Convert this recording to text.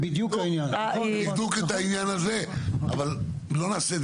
בדיוק בעניין הזה אבל לצערי לא נעשה את